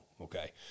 Okay